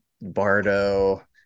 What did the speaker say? Bardo